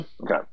Okay